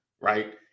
right